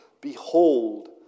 Behold